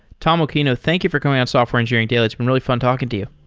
tom occhino, thank you for coming on software engineering daily. it's been really fun talking to you.